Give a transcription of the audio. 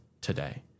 today